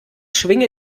schwinge